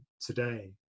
today